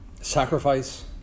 sacrifice